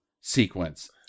sequence